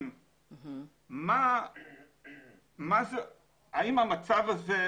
מה העלות וכל גורם צריך